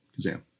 Kazam